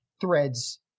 threads